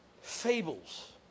fables